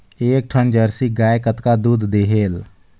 एक ठन जरसी गाय कतका दूध देहेल?